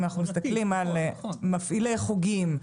אם אנחנו מסתכלים על מפעילי חוגים,